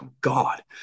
god